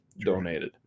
donated